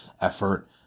effort